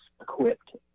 equipped